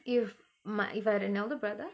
if my if I had an elder brother